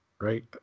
Right